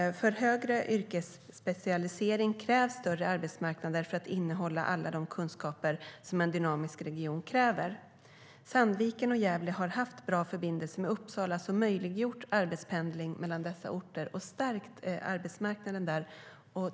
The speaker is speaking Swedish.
För högre yrkesspecialisering krävs större arbetsmarknader för att innehålla alla de kunskaper som en dynamisk region kräver. Sandviken och Gävle har haft bra förbindelser med Uppsala som har möjliggjort arbetspendling mellan dessa orter och stärkt arbetsmarknaden där.